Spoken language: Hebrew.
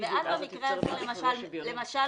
במקרה הזה, למשל